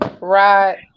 Right